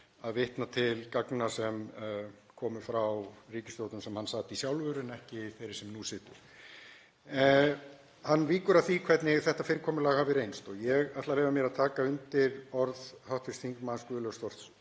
að vitna til gagna sem koma frá ríkisstjórn sem hann sat í sjálfur en ekki þeirri sem nú situr. Hann víkur að því hvernig þetta fyrirkomulag hafi reynst og ég ætla að leyfa mér að taka undir orð hv. þm. Guðlaugs Þórs